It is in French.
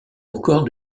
encore